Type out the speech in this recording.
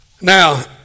Now